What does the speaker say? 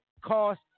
cost